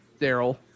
Daryl